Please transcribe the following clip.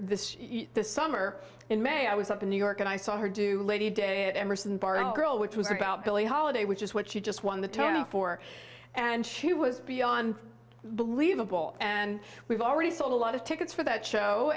earlier this summer in may i was up in new york and i saw her do lady day at emerson bar and girl which was about billie holiday which is what she just won the tour for and she was beyond believable and we've already sold a lot of tickets for that show